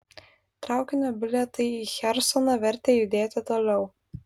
traukinio bilietai į chersoną vertė judėti toliau